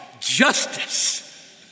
justice